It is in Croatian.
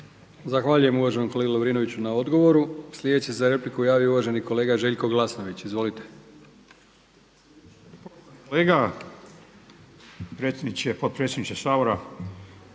Zahvaljujem uvaženom kolegi Lovrinoviću na odgovoru. Sljedeći se za repliku javio uvaženi kolega Željko Glasnović. Izvolite. **Glasnović,